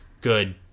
good